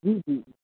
جی جی